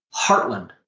Heartland